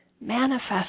manifest